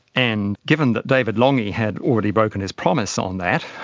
and given that david lange had already broken his promise on that,